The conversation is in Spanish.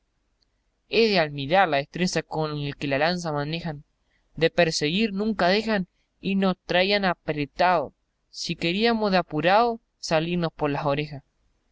es de almirar la destreza con que la lanza manejan de perseguir nunca dejan y nos traiban apretaos si queríamos de apuraos salirnos por las orejas